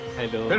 hello